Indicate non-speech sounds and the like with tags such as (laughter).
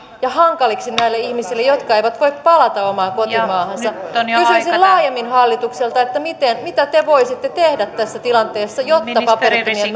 ja hankaliksi näille ihmisille jotka eivät voi palata omaan kotimaahansa kysyisin laajemmin hallitukselta mitä te voisitte tehdä tässä tilanteessa jotta paperittomien (unintelligible)